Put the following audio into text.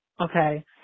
Okay